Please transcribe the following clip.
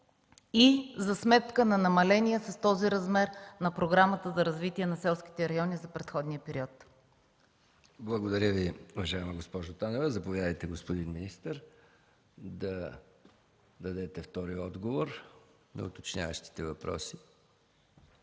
и за сметка на намаления с този размер на Програмата за развитие на селските райони за предходния период? ПРЕДСЕДАТЕЛ МИХАИЛ МИКОВ: Благодаря Ви, уважаема госпожо Танева. Заповядайте, господин министър, да дадете втори отговор на уточняващите въпроси.